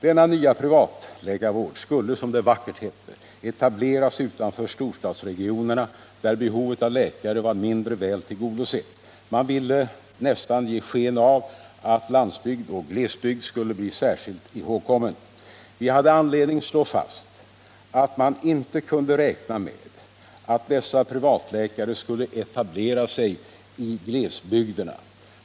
Denna nya privatläkarvård skulle, som det så vackert hette, etableras utanför storstadsregionerna där behovet av läkare var mindre väl tillgodosett. Man ville nästan ge sken av att landsbygd och glesbygd skulle bli särskilt ihågkomna. Vi hade anledning slå fast att man inte kunde räkna med att dessa privatläkare skulle etablera sig i glesbygderna.